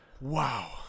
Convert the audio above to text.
wow